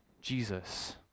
Jesus